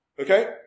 Okay